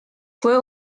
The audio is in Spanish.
fue